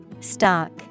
Stock